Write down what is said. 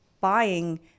buying